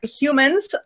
humans